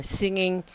singing